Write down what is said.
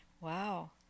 Wow